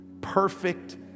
Perfect